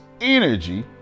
energy